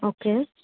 okay